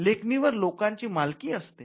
लेखणीवर लोकांची मालकी असते